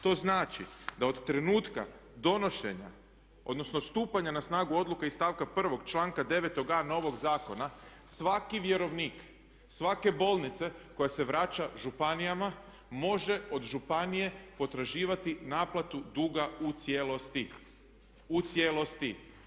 To znači da od trenutka donošenja, odnosno stupanja na snagu odluke iz stavka 1. članka 9a. novog zakona svaki vjerovnik svake bolnice koja se vraća županijama može od županije potraživati naplatu duga u cijelosti.